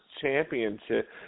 championship